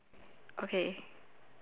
okay